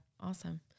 Awesome